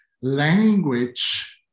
Language